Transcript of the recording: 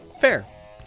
fair